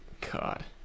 God